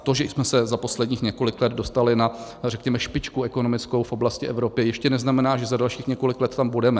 To, že i jsme se za posledních několik let dostali na špičku ekonomickou v oblasti Evropy, ještě neznamená, že za dalších několik let tam budeme.